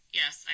yes